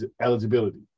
eligibility